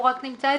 הוא רק נמצא אצלכם,